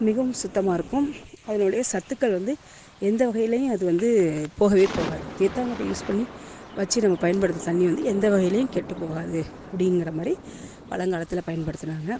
மிகவும் சுத்தமாக இருக்கும் அதனுடைய சத்துக்கள் வந்து எந்த வகையிலையும் அது வந்து போகவே போகாது தேத்தாங்கொட்டைய யூஸ் பண்ணி வச்சு நம்ம பயன்படுத்தற தண்ணி வந்து எந்த வகையிலையும் கெட்டுப் போகாது அப்படிங்கிற மாதிரி பழங்காலத்தில் பயன்படுத்தினாங்க